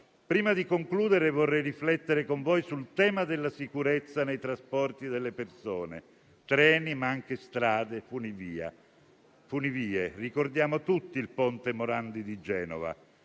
prima di concludere vorrei riflettere con voi sul tema della sicurezza nei trasporti delle persone: treni, ma anche strade e funivie. Ricordiamo tutti il Ponte Morandi di Genova: